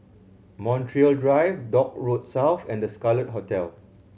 Montreal Drive Dock Road South and The Scarlet Hotel